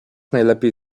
najlepiej